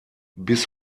bis